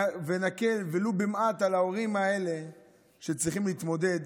ונקל ולו במעט על ההורים האלה שצריכים להתמודד